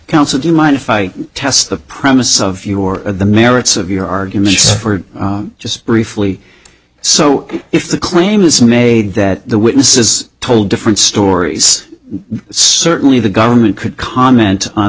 counsel do you mind if i test the premise of you or the merits of your arguments for just briefly so if the claim is made that the witnesses told different stories certainly the government could comment on